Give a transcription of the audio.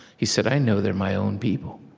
he said, i know they're my own people.